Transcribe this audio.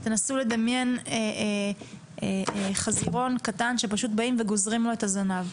תנסו לדמיין חזירון קטן שפשוט באים וגוזרים לו את הזנב,